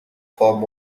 form